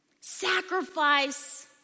Sacrifice